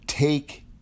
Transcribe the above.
take